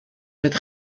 mit